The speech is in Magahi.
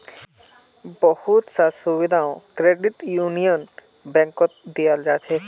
बहुत स सुविधाओ क्रेडिट यूनियन बैंकत दीयाल जा छेक